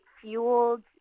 fueled